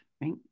right